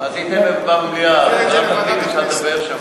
תעבירי את זה לוועדת הכנסת,